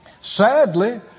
Sadly